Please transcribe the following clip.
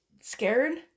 scared